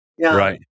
Right